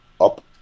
up